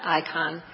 icon